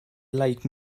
like